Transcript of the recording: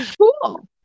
cool